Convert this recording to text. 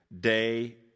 day